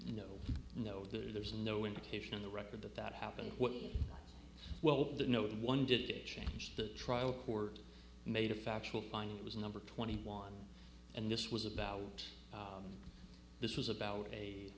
know no there's no indication in the record that that happened what we well did no one did it change the trial court made a factual finding it was number twenty one and this was about this was about a